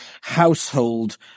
household